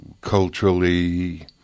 culturally